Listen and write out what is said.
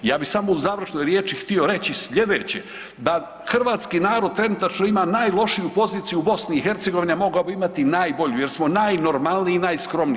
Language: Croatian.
Ja bih samo u završnoj riječi htio reći slijedeće, da hrvatski narod trenutačno ima najlošiju poziciju u BiH, a mogao bi imati najbolju jer smo najnormalniji i najskromniji.